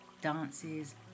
dances